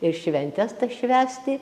ir šventes tas švęsti